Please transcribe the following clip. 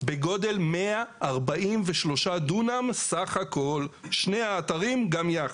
בגודל 143 דונם סך הכל יחד.